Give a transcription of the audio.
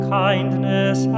kindness